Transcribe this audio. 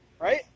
right